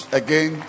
again